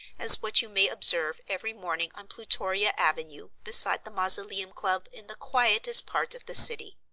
as what you may observe every morning on plutoria avenue beside the mausoleum club in the quietest part of the city.